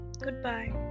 Goodbye